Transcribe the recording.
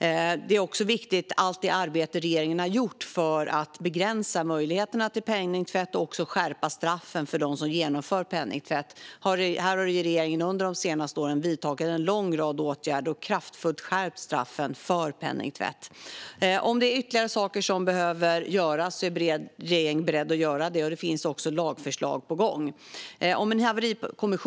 Allt det arbete som regeringen har gjort för att begränsa möjligheterna för penningtvätt och för att skärpa straffen för de som genomför penningtvätt är också viktigt. Regeringen har under de senaste åren vidtagit en lång rad åtgärder och har kraftfullt skärpt straffen för penningtvätt. Om ytterligare saker behöver göras är regeringen beredd att göra det. Det finns också lagförslag som är på gång.